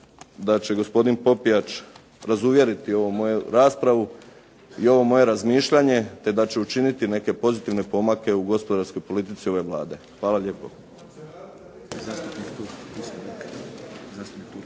da će gospodin Popijač razuvjeriti ovu moju raspravu i ovo moje razmišljanje, te da će učiniti neke pozitivne pomake u gospodarskoj politici ove Vlade. Hvala lijepo.